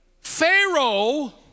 Pharaoh